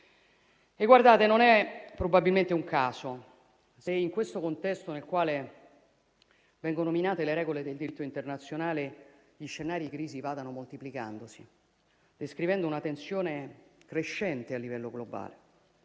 E, guardate, non è probabilmente un caso se, in questo contesto nel quale vengono minate le regole del diritto internazionale, gli scenari di crisi vadano moltiplicandosi, descrivendo una tensione crescente a livello globale.